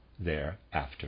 Thereafter